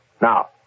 Now